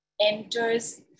enters